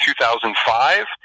2005